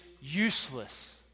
useless